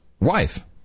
wife